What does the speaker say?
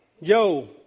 Yo